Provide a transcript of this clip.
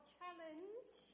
challenge